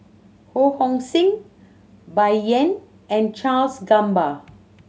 Ho Hong Sing Bai Yan and Charles Gamba